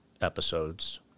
episodes